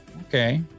Okay